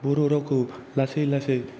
बर' रावखौ लासै लासै